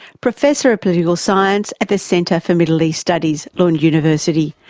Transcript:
professor of political science at the center for middle east studies, lund university.